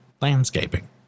landscaping